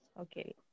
Okay